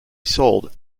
sold